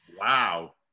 Wow